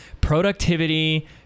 productivity